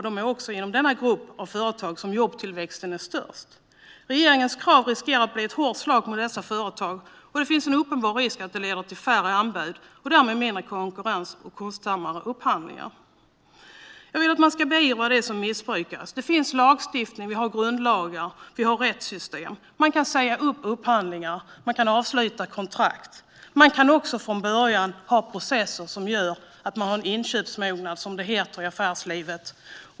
Det är också inom denna grupp av företag som jobbtillväxten är störst. Regeringens krav riskerar att bli ett hårt slag mot dessa företag. Det finns en uppenbar risk att det leder till färre anbud och därmed mindre konkurrens och kostsammare upphandlingar. Jag vill att man ska beivra missbruk. Det finns lagstiftning. Vi har grundlagar. Vi har rättssystem. Man kan säga upp upphandlingar. Man kan avsluta kontrakt. Man kan också från början ha processer som gör att man tittar på inköpsmognad, som det heter i affärslivet.